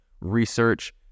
research